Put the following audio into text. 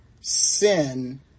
Sin